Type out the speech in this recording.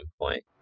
point